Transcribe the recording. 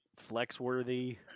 flex-worthy